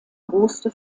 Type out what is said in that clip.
große